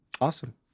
Awesome